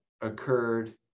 occurred